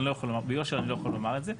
אני לא יכול לומר את זה,